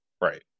right